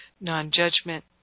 non-judgment